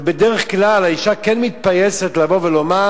ובדרך כלל האשה כן מתפייסת, לבוא ולומר: